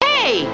Hey